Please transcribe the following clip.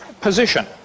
position